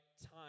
time